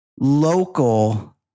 local